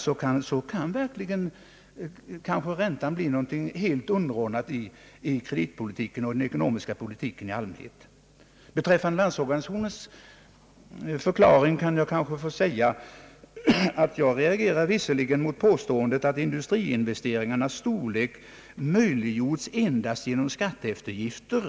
Då kanske räntan verkligen kan bli någonting helt underordnat i kreditpolitiken och i den ekonomiska politiken i allmänhet. Beträffande Landsorganisationens förklaring kan jag kanske säga, att jag reagerat mot påståendet att industriinvesteringarnas storlek möjliggjorts endast genom skatteeftergifter.